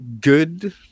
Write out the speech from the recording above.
good